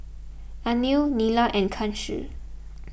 Anil Neila and Kanshi